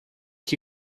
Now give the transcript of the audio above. que